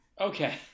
Okay